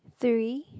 three